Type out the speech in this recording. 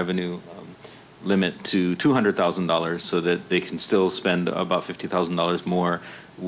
revenue limit to two hundred thousand dollars so that they can still spend about fifty thousand dollars more